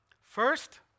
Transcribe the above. First